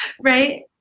Right